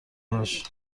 هاش